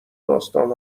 داستان